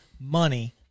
money